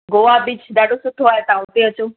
Goa beach ॾाढो सुठो आहे तव्हां उते अचो